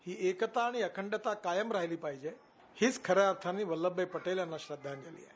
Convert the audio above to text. ही एकता आणि अखंडता कायम राहिली पाहिजे हीच खऱ्या अर्थानं वल्लभभाई पटेल यांना श्रद्धांजली आहे